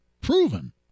proven